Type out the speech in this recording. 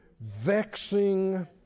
vexing